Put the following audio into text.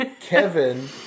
Kevin